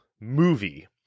movie